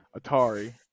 Atari